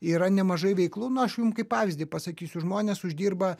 yra nemažai veiklų na aš jum kaip pavyzdį pasakysiu žmonės uždirba